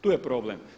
Tu je problem.